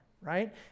right